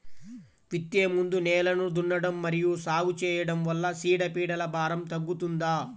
విత్తే ముందు నేలను దున్నడం మరియు సాగు చేయడం వల్ల చీడపీడల భారం తగ్గుతుందా?